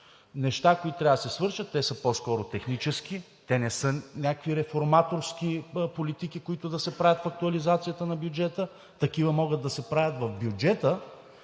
неща, които трябва да се свършат, те са по-скоро технически, не са някакви реформаторски политики, които да се правят в актуализацията на бюджета. Такива могат да се правят в бюджета,